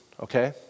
okay